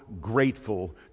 grateful